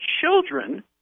children